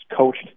coached